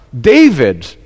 David